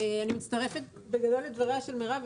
אני מצטרפת בגדול לדבריה של מירב,